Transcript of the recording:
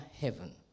heaven